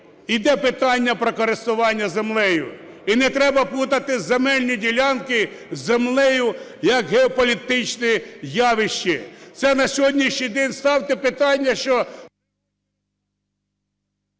іде питання про користування землею. І не треба плутати земельні ділянки з землею як геополітичне явище. Це на сьогоднішній день ставте питання, що